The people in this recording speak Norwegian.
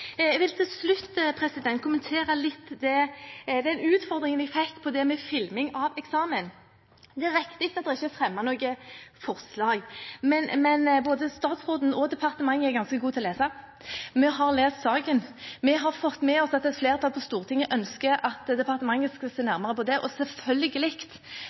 med filming av eksamen. Det er riktig at det ikke er fremmet noe forslag, men både statsråden og departementet er ganske gode til å lese. Vi har lest saken. Vi har fått med oss at et flertall på Stortinget ønsker at departementet skal se nærmere på det, og selvfølgelig